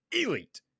Elite